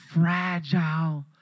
fragile